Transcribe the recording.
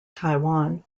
taiwan